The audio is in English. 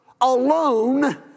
alone